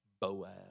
Boaz